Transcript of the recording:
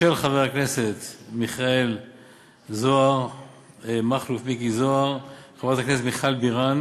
של חבר הכנסת מכלוף מיקי זוהר וחברת הכנסת מיכל בירן,